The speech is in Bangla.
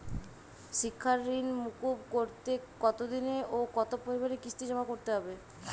শিক্ষার ঋণ মুকুব করতে কতোদিনে ও কতো পরিমাণে কিস্তি জমা করতে হবে?